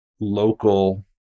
local